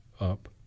up